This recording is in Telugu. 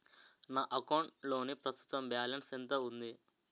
నా అకౌంట్ లోని ప్రస్తుతం బాలన్స్ ఎంత ఉంది?